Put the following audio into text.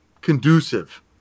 conducive